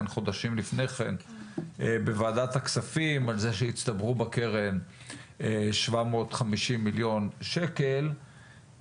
חודשים לפני כן בוועדת הכספים על כך שהצטברו בקרן 750 מיליון שקל,